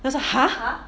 then 我说 !huh!